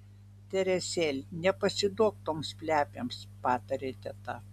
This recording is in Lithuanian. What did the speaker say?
teresėl nepasiduok toms plepėms patarė teta